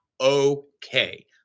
okay